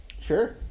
Sure